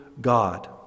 God